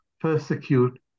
persecute